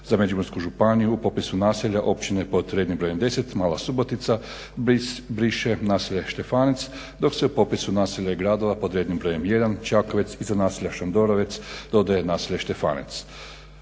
za Međimursku županiju u popisu naselja općine pod rednim brojem 10. Mala Subotica briše naselje Štefanec, dok se u popisu naselja i gradova pod rednim brojem jedan Čakovec iza naselja Šandorovec dodaje naselje Štefanec.